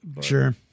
Sure